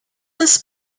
this